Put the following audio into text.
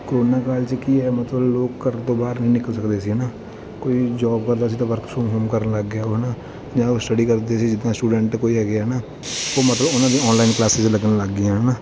corona ਕਾਲ 'ਚ ਕੀ ਹੈ ਮਤਲਬ ਲੋਕ ਘਰ ਤੋਂ ਬਾਹਰ ਨਹੀਂ ਨਿਕਲ ਸਕਦੇ ਸੀ ਹੈ ਨਾ ਕੋਈ ਜੋਬ ਕਰਦਾ ਸੀ ਤਾਂ ਵਰਕ ਫਰੋਮ ਹੋਮ ਕਰਨ ਲੱਗ ਗਿਆ ਉਹ ਹੈ ਨਾ ਜਾਂ ਸਟਡੀ ਕਰਦੇ ਸੀ ਜਿੱਦਾਂ ਸਟੂਡੈਂਟ ਕੋਈ ਹੈਗੇ ਆ ਹੈ ਨਾ ਉਹ ਮਤਲਬ ਉਹਨਾਂ ਦੀਆਂ ਆਨਲਾਈਨ ਕਲਾਸੀਜ ਲੱਗਣ ਲੱਗ ਗਈਆਂ ਹੈ ਨਾ